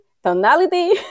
tonality